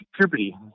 puberty